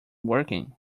working